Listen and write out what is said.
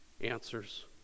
answers